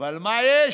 אבל מה יש?